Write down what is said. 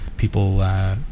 people